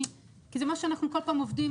כי זה משהו שאנחנו כל פעם עובדים,